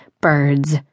birds